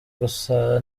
gusa